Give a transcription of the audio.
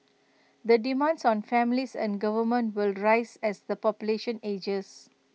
the demands on families and government will rise as the population ages